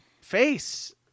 face